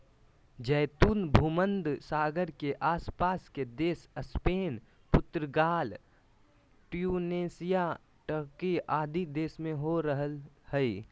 जैतून भूमध्य सागर के आस पास के देश स्पेन, पुर्तगाल, ट्यूनेशिया, टर्की आदि देश में हो रहल हई